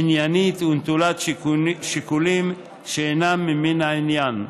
עניינית ונטולת שיקולים שאינם ממן העניין.